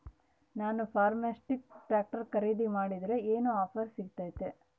ನಾನು ಫರ್ಮ್ಟ್ರಾಕ್ ಟ್ರಾಕ್ಟರ್ ಖರೇದಿ ಮಾಡಿದ್ರೆ ಏನು ಆಫರ್ ಸಿಗ್ತೈತಿ?